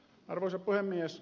arvoisa puhemies